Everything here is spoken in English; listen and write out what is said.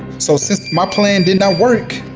so since my plan did not work,